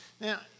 Now